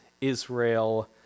Israel